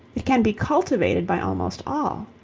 it can be cultivated by almost all.